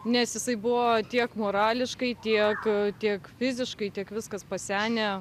nes jisai buvo tiek morališkai tiek tiek fiziškai tiek viskas pasenę